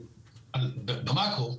במאקרו,